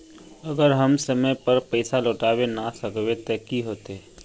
अगर हम समय पर पैसा लौटावे ना सकबे ते की होते?